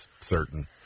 certain